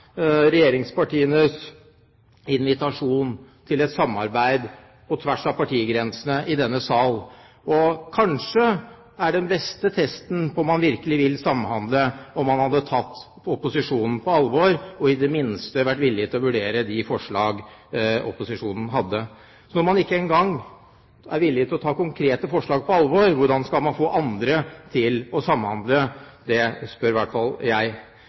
regjeringspartienes invitasjon til et samarbeid på tvers av partigrensene i denne sal. Kanskje hadde den beste testen på om man virkelig vil samhandle, vært om man hadde tatt opposisjonen på alvor, og i det minste vært villig til å vurdere de forslag opposisjonen hadde. Når man ikke engang er villig til å ta konkrete forslag på alvor, hvordan skal man få andre til å samhandle? Det spør i hvert fall jeg